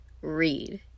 read